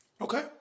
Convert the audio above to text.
Okay